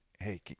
Hey